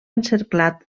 encerclat